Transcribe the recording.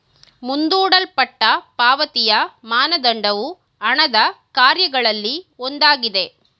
ಮುಂದೂಡಲ್ಪಟ್ಟ ಪಾವತಿಯ ಮಾನದಂಡವು ಹಣದ ಕಾರ್ಯಗಳಲ್ಲಿ ಒಂದಾಗಿದೆ